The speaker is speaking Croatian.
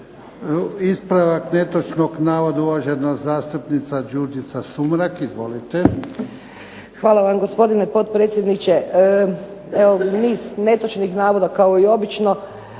Ispravak netočnog navoda uvažena zastupnica Đurđica Sumrak. Izvolite. **Sumrak, Đurđica (HDZ)** Hvala vam gospodine potpredsjedniče. Niz netočnih navoda kao i obično